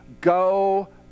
go